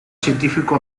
científico